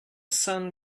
sun